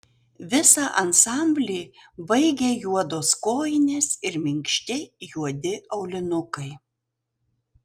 visą ansamblį baigė juodos kojinės ir minkšti juodi aulinukai